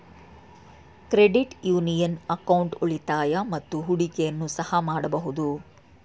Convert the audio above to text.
credit union account ಉಳಿತಾಯ ಮತ್ತು ಹೂಡಿಕೆಯನ್ನು ಸಹ ಮಾಡಬಹುದು